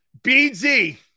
BZ